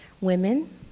women